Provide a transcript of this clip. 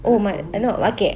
oh ma~ I know okay